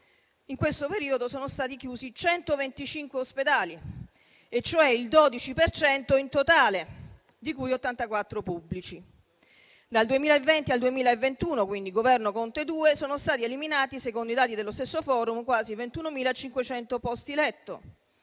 Conte e Draghi - sono stati chiusi 125 ospedali, cioè il 12 per cento del totale, di cui 84 pubblici. Dal 2020 al 2021, quindi sotto il Governo Conte II, sono stati eliminati, secondo i dati dello stesso Forum, quasi 21.500 posti letto.